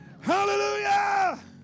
Hallelujah